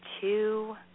two